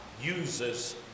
uses